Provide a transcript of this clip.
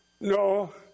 No